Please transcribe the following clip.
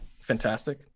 fantastic